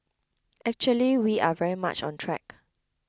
actually we are very much on track